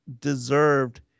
deserved